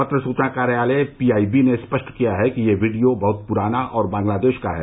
पत्र सूचना कार्यालय पी आई बी ने स्पष्ट किया है कि यह वीडियो बहुत पुराना है और बांग्लादेश का है